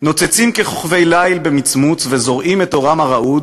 / נוצצים כוכבי ליל במצמוץ / וזורעים את אורם הרעוד